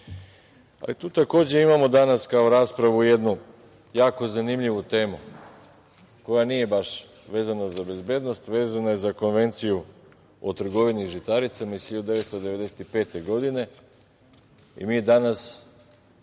takođe, imamo danas, kao raspravu, jednu jako zanimljivu temu koja nije baš vezana za bezbednost, već je vezana za Konvenciju o trgovini žitaricama iz 1995. godine. Mi danas